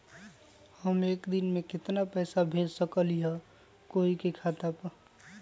हम एक दिन में केतना पैसा भेज सकली ह कोई के खाता पर?